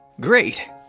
Great